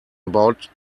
about